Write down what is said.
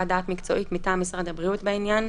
דעת מקצועית מטעם משרד הבריאות בעניין,